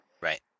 Right